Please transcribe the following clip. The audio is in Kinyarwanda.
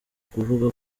kuvuga